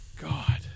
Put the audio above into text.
God